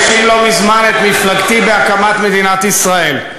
זחאלקה האשים לא מזמן את מפלגתי בהקמת מדינת ישראל.